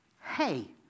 hey